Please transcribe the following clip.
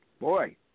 boy